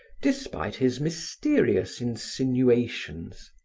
despite his mysterious insinuations.